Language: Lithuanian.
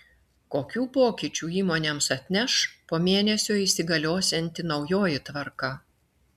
kokių pokyčių įmonėms atneš po mėnesio įsigaliosianti naujoji tvarka